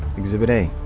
exhibit a.